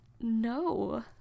No